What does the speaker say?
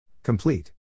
Complete